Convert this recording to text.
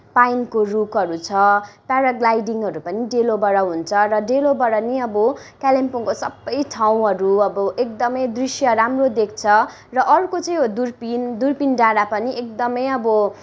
पाइनको रुखहरू छ पाराग्लाइडिङहरू पनि डेलोबाट हुन्छ र डेलोबाट नि अब कालिम्पोङको सबै ठाउँहरू अब एकदमै दृश्य राम्रो देखिन्छ र अर्को चाहिँ हो दुर्पिन दुर्पिन डाँडा पनि एकदमै अब